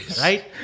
right